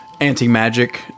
anti-magic